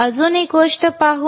अजून एक गोष्ट पाहू